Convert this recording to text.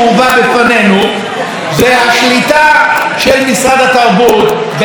השליטה של משרד התרבות במאגר הלקטורים.